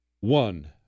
One